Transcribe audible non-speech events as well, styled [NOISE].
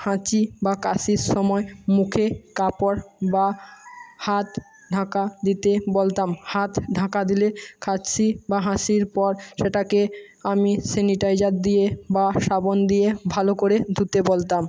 হাঁচি বা কাশির সময় মুখে কাপড় বা হাত ঢাকা দিতে বলতাম হাত ঢাকা দিলে [UNINTELLIGIBLE] বা হাঁচির পর সেটাকে আমি স্যানিটাইজার দিয়ে বা সবান দিয়ে ভালো করে ধুতে বলতাম